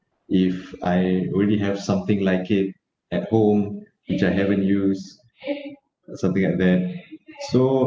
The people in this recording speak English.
if I already have something like it at home which I haven't use something like that so